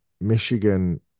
michigan